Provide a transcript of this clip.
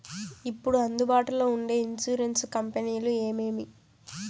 ఇప్పుడు అందుబాటులో ఉండే ఇన్సూరెన్సు కంపెనీలు ఏమేమి?